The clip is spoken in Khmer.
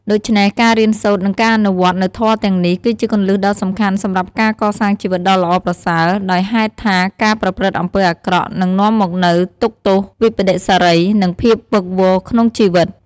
ដូច្នេះ ការរៀនសូត្រ និងការអនុវត្តនូវធម៌ទាំងនេះ គឺជាគន្លឹះដ៏សំខាន់សម្រាប់ការកសាងជីវិតដ៏ល្អប្រសើរ ដោយហេតុថាការប្រព្រឹត្តអំពើអាក្រក់នឹងនាំមកនូវទុក្ខទោស វិប្បដិសារី និងភាពវឹកវរក្នុងជីវិត។